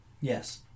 Yes